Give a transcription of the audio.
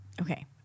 Okay